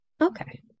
Okay